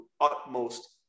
utmost